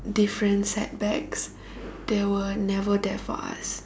different setbacks they were never there for us